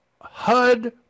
HUD